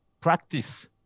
practice